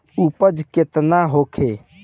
उपज केतना होखे?